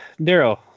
daryl